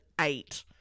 eight